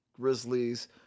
Grizzlies